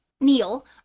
neil